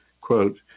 Quote